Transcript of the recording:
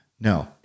No